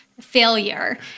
Failure